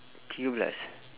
tiga belas